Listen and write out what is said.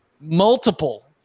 multiple